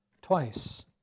twice